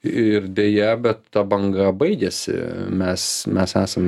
ir deja bet ta banga baigėsi mes mes esam